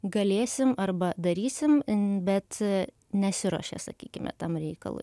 galėsim arba darysim bet nesiruošia sakykime tam reikalui